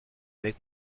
avec